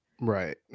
Right